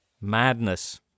Madness